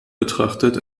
betrachtet